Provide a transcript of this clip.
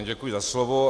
Děkuji za slovo.